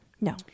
no